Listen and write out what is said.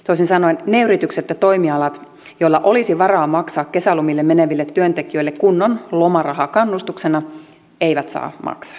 toisin sanoen ne yritykset ja toimialat joilla olisi varaa maksaa kesälomille meneville työntekijöille kunnon lomaraha kannustuksena eivät saa maksaa